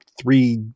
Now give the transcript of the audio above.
three